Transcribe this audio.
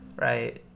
right